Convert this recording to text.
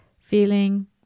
feeling